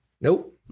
Nope